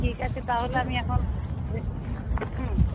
ঠিক আছে তাহলে আমি এখন রেখে হুম